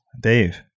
Dave